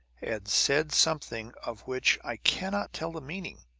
and said something of which i cannot tell the meaning.